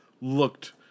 looked